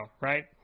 right